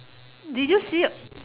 did you see